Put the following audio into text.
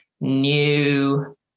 new